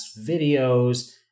videos